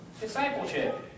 discipleship